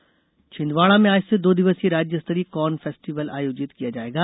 corn festival Chhindwara में आज से दो दिवसीय राज्य स्तरीय कॉर्न फेस्टिवल आयोजित किया जाएगा